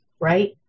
right